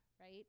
right